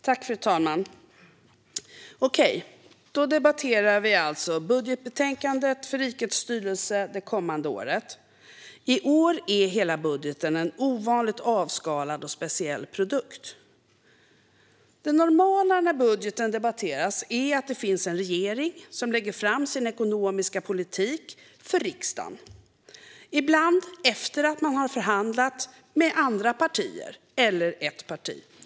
Fru talman! Okej, då debatterar vi alltså budgetbetänkandet för rikets styrelse det kommande året. I år är hela budgeten en ovanligt avskalad och speciell produkt. Det normala när budgeten debatteras är att det finns en regering som lägger fram sin ekonomiska politik för riksdagen, ibland efter att man har förhandlat med andra partier eller ett annat parti.